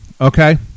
Okay